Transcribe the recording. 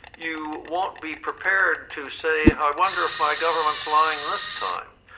you won't be prepared to say i wonder if my government's lying this time.